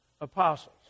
apostles